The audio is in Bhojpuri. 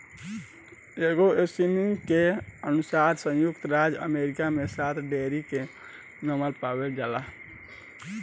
एगो एसोसिएशन के अनुसार संयुक्त राज्य अमेरिका में सात डेयरी के नस्ल पावल जाला